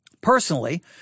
Personally